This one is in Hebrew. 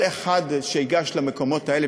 כל אחד שייגש למקומות האלה,